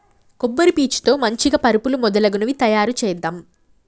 కొబ్బరి పీచు తో మంచిగ పరుపులు మొదలగునవి తాయారు చేద్దాం